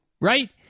right